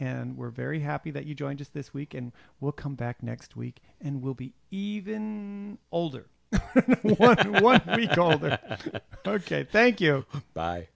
and we're very happy that you joined us this week and we'll come back next week and we'll be even older ok thank you bye